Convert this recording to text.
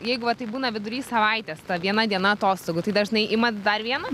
jeigu va taip būna vidury savaitės ta viena diena atostogų tai dažnai imat dar vieną